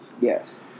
Yes